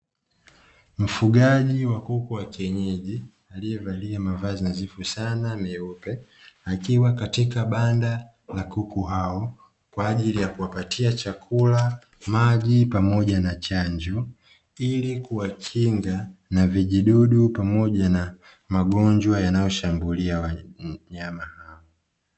Mfugaji wa kuku wa kienyeji aliyevalia mavazi nadhifu sana meupe, akiwa katika banda la kuku hao kwa ajili ya kuwapatia chakula, maji pamoja na chanjo ili kuwakinga na vijidudu pamoja na magonjwa yanayoshambulia wanyama hao.